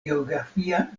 geografia